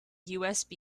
usb